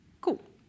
Cool